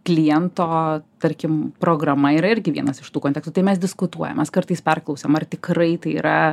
kliento tarkim programa yra irgi vienas iš tų kontekstų tai mes diskutuojam mes kartais perklausiam ar tikrai tai yra